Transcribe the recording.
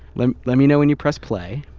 let me let me know when you press play?